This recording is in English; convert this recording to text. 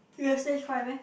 you have stage fright meh